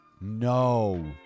no